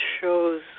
shows